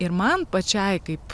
ir man pačiai kaip